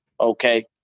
okay